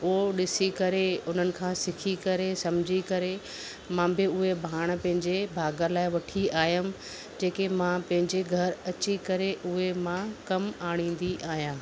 उहो ॾिसी करे उन्हनि खां सिखी करे समिझी करे मां बि उहे भाण पंहिंजे बाग़ लाइ वठी आयमि जेके मां पंहिंजे घरु अची करे उहे मां कमु आणींदी आहियां